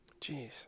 Jeez